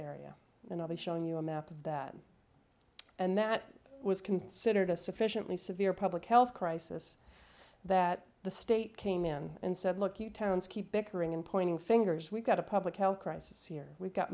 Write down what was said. be showing you a map of that and that was considered a sufficiently severe public health crisis that the state came in and said look you towns keep pickering in pointing fingers we've got a public health crisis here we've got